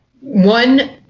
One